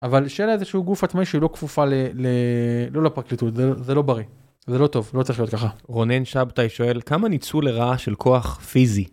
אבל שאלה איזשהו גוף עצמאי שהיא לא כפופה לא לפרקליטות, זה לא בריא. זה לא טוב, לא צריך להיות ככה. רונן שבתאי שואל, כמה ניצול לרעה של כוח פיזי?